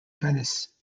venice